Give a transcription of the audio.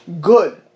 good